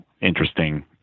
interesting